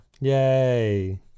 Yay